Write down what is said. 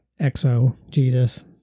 exo-Jesus